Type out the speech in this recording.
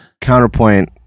Counterpoint